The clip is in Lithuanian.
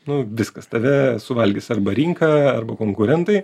nu viskas tave suvalgys arba rinka arba konkurentai